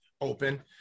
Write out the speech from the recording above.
open